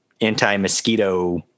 anti-mosquito